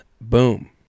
boom